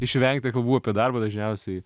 išvengti kalbų apie darbą dažniausiai